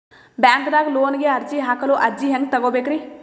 ಬ್ಯಾಂಕ್ದಾಗ ಲೋನ್ ಗೆ ಅರ್ಜಿ ಹಾಕಲು ಅರ್ಜಿ ಹೆಂಗ್ ತಗೊಬೇಕ್ರಿ?